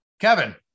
Kevin